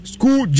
School